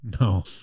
no